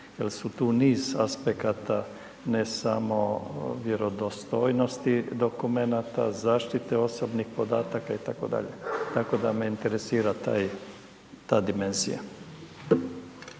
Još su tu niz aspekata, ne samo vjerodostojnosti dokumenata, zaštite osobnih podataka itd. Tako da me interesira ta dimenzija.